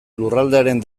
lurraldearen